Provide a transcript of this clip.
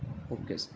okay sir